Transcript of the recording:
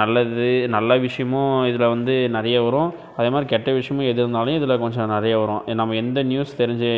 நல்லது நல்ல விஷயமும் இதில் வந்து நிறைய வரும் அதே மாதிரி கெட்ட விஷயமும் எது வந்தாலும் இதில் கொஞ்சம் நிறைய வரும் நம்ம எந்த நியூஸ் தெரிஞ்சு